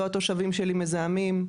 התושבים שלי לא מזהמים.